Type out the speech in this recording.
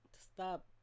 Stop